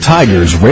Tigers